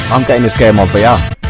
um dennis game of the are